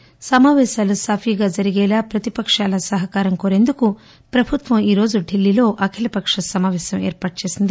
parliament సమావేశాలు సాఫీగా జరిగేలా ప్రతిపకాల సహకారంకోరేందుకు ప్రభుత్వం ఈరోజు ఢిల్లీలో అఖిల పక్ష సమాపేశం ఏర్పాటు చేసింది